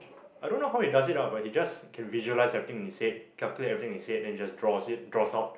I don't know how he does it ah but he just can visualise everything in his head calculate everything in his head then he just draws it draws out